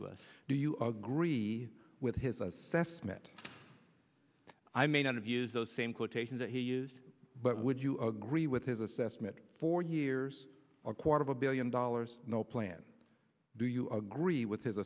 to us do you agree with his assessment i may not of use those same quotations that he used but would you agree with his assessment four years or quarter of a billion dollars no plan do you agree with his